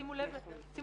שימו לב למספר: